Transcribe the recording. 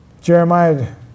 Jeremiah